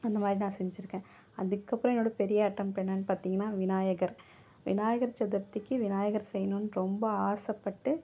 அந்தமாதிரி நான் செஞ்சுருக்கேன் அதுக்கப்புறம் என்னோடய பெரிய அட்டெம்ட் என்னனு பார்த்தீங்கன்னா விநாயகர் விநாயகர் சதுர்த்திக்கு விநாயகர் செய்யணுன்னு ரொம்ப ஆசைப்பட்டு